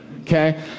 Okay